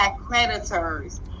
creditors